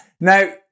Now